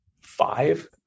five